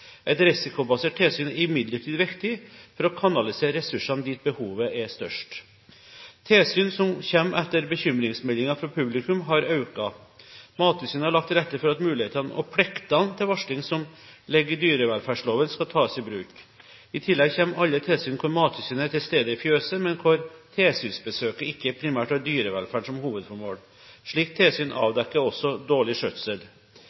Et risikobasert tilsyn er imidlertid viktig for å kanalisere ressursene dit behovet er størst. Tilsyn som kommer etter bekymringsmeldinger fra publikum, har økt. Mattilsynet har lagt til rette for at mulighetene og pliktene til varsling som ligger i dyrevelferdsloven, skal tas i bruk. I tillegg kommer alle tilsyn hvor Mattilsynet er til stede i fjøset, men hvor tilsynsbesøket ikke primært har dyrevelferd som hovedformål. Slike tilsyn avdekker også dårlig skjøtsel.